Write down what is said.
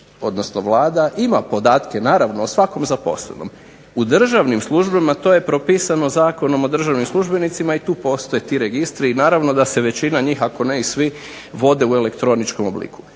odnosno Vlada ima podatke o svakom zaposlenom. U državnim službama to je propisano zakonom o državnim službenicima i tu postoje ti registri i naravno da se većina njih, ako ne i svi vode u elektroničkom obliku.